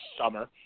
summer